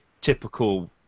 typical